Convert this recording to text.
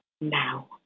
now